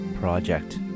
project